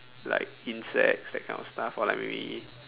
like insects that kind of stuff or like maybe